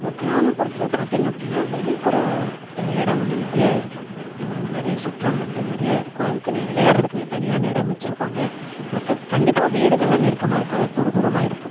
இப்போ கிராமப்புறத்தில் பார்த்திங்க அப்படினா வெளிப்புற இடம் வந்து நிறைய இருக்கும் நிறைய சுற்றம் வந்து நிறைய இருக்கும் அதுக்குனே விளையாடுறதுக்குனே தனியான இடம் வச்சுருப்பாங்க பக்கம் கண்டிப்பாக வீடுகளெல்லாம் நெருக்கமாக இருக்காது தூரம் தூரமாக இருக்கும்